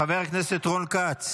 חבר הכנסת רון כץ,